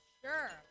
Sure